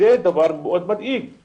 וזה דבר מדאיג מאוד.